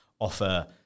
offer